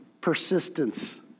persistence